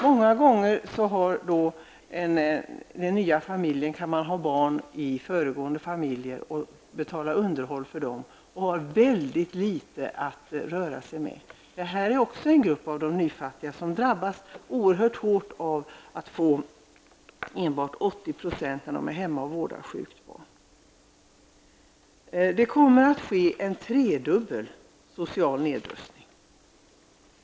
Många gånger har parterna i den nya familjen barn i föregående familj som de betalar underhåll till. De har därför mycket litet att röra sig med. Det här är också en grupp av de nyfattiga som drabbas oerhört hårt av att man endast får 80 % när man är hemma och vårdar sjukt barn. Det kommer att ske en tredubbel social nedrustning.